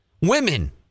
women